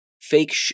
fake